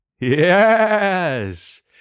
Yes